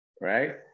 right